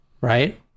right